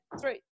three